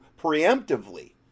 preemptively